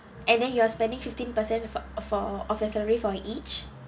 and then you are spending fifteen percent of of of your salary for each